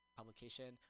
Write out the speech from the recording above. publication